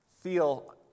feel